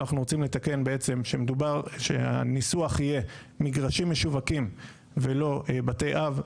אנחנו רוצים לתקן שהניסוח יהיה מגרשים משווקים ולא בתי אב.